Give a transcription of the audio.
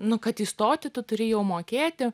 nu kad įstoti tu turi jau mokėti